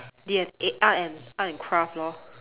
D N eh art and art and craft lor